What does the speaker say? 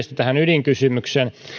tähän ydinkysymykseen